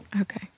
Okay